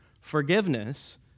Forgiveness